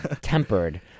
tempered